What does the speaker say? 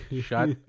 Shut